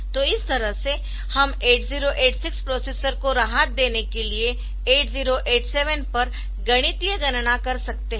तो इस तरह से हम 8086 प्रोसेसर को राहत देने के लिए 8087 पर गणितीय गणना कर सकते है